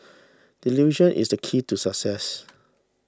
delusion is the key to success